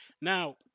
Now